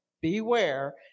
beware